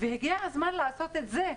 הגיע הזמן לעשות את זה.